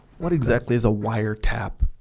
what exactly is a wire tap